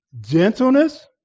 Gentleness